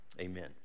amen